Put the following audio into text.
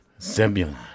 Zebulon